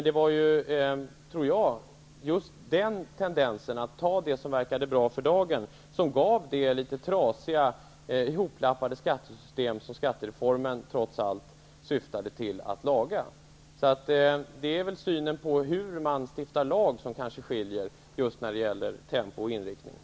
Det var just den tendensen att ta det som verkar bra för dagen som gav det litet trasiga och ihoplappade skattesystem, vilket skattereformen trots allt syftade till att laga. Det är kanske synen på tempo och inriktning vad gäller lagstiftning som skiljer.